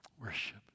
worship